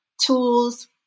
tools